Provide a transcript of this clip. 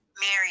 Mary